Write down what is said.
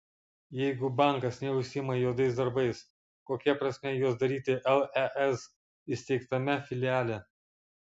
jeigu bankas neužsiima juodais darbais kokia prasmė juos daryti lez įsteigtame filiale